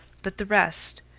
but the rest,